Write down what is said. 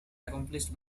accomplished